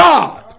God